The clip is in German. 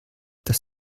das